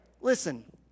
listen